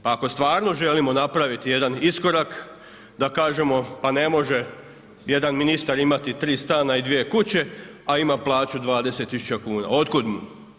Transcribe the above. Pa ako stvarno želimo napraviti jedan iskorak da kažemo pa ne može jedan ministar imati 3 stana i 2 kuće, a ima plaću 20 tisuća kuna, otkud mu?